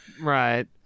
Right